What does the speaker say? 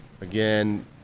Again